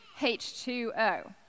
H2O